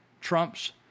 Trump's